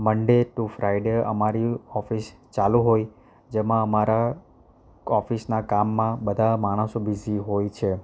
Monday to Friday અમારી office ચાલુ હોય જેમાં અમારા ઓફિસના કામમાં બધા માણસો બીઝી હોય છે